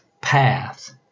path